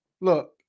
look